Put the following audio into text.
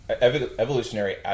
evolutionary